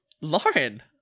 Lauren